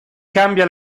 cambia